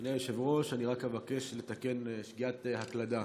אדוני היושב-ראש, אני רק אבקש לתקן שגיאת הקלדה.